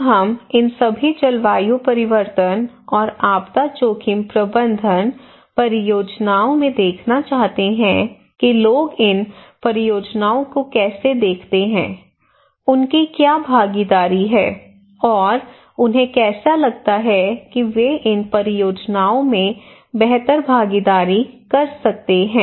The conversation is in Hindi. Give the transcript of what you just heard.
अब हम इन सभी जलवायु परिवर्तन और आपदा जोखिम प्रबंधन परियोजनाओं में देखना चाहते हैं कि लोग इन परियोजनाओं को कैसे देखते हैं उनकी क्या भागीदारी है और उन्हें कैसे लगता है कि वे इन परियोजनाओं में बेहतर भागीदारी कर सकते हैं